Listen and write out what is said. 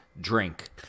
drink